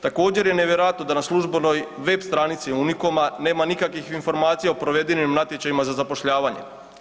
Također je nevjerojatno da na službenoj web stranici „Unikoma“ nema nikakvih informacijama o provedenim natječajima za zapošljavanje.